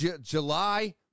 July